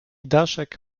daszek